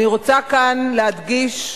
אני רוצה כאן להדגיש,